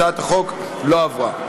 הצעת החוק לא עברה.